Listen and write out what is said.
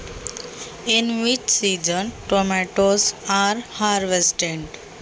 टोमॅटोचे पीक कोणत्या हंगामात घेतात?